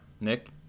Nick